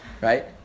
right